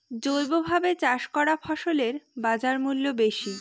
জৈবভাবে চাষ করা ফসলের বাজারমূল্য বেশি